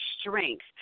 strength